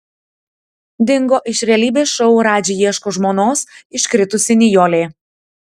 dingo iš realybės šou radži ieško žmonos iškritusi nijolė